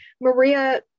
Maria